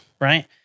right